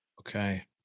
Okay